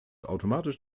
automatisch